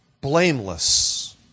blameless